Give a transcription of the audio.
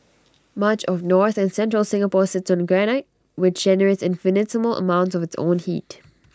much of north and central Singapore sits on granite which generates infinitesimal amounts of its own heat